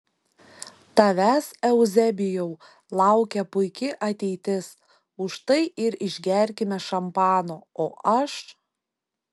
tavęs euzebijau laukia puiki ateitis už tai ir išgerkime šampano o aš